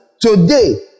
today